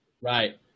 Right